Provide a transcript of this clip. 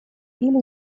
или